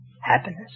happiness